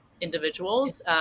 individuals